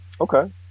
okay